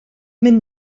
mynd